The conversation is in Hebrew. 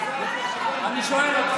אני שואל: